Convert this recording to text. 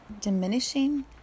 diminishing